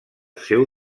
seu